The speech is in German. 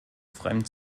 fremd